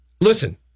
Listen